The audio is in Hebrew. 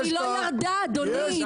אבל היא לא ירדה, אדוני.